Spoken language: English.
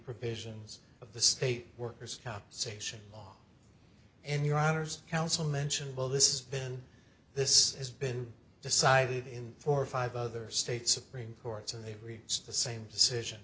provisions of the state workers compensation law and your honour's counsel mention well this is been this has been decided in four or five other states supreme courts and they reached the same decision